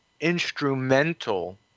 instrumental